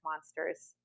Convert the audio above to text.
monsters